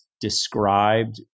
described